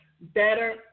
better